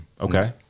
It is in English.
Okay